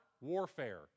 warfare